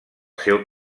seu